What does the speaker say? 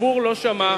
הציבור לא שמע.